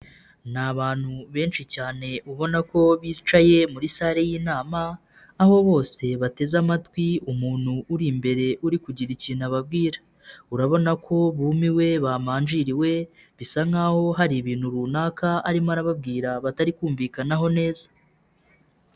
Ni abantu benshi cyane ubona ko bicaye muri sale y'inama, aho bose bateze amatwi umuntu uri imbere uri kugira ikintu ababwira. Urabona ko bumiwe bamanjiriwe, bisa nkaho hari ibintu runaka arimo arababwira batari kumvikanaho neza.